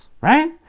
right